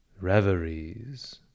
reveries